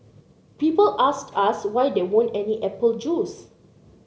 people asked us why there weren't any apple juice